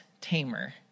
tamer